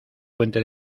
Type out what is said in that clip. puente